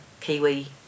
Kiwi